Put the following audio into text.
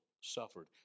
suffered